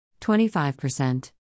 25%